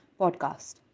podcast